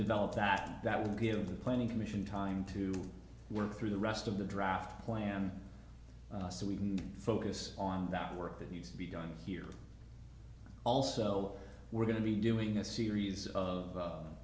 develop that that will give the planning commission time to work through the rest of the draft plan so we can focus on that work that needs to be done here also we're going to be doing a series of